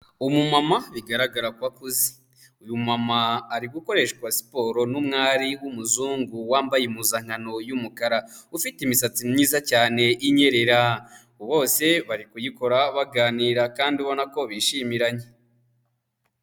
Umumama bigaragara ko akuze. Uyu mumama ari gukoreshwa siporo n'umwari w'umuzungu wambaye impuzankano y'umukara, ufite imisatsi myiza cyane inyerera. Bose bari kuyikora baganira kandi ubona ko bishimiranye.